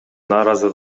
нааразы